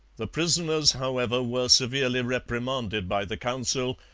the prisoners, however, were severely reprimanded by the council,